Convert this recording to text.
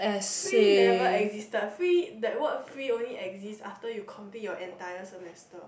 free never existed free that word free only exist after you complete your entire semester